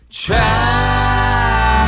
try